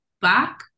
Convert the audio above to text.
back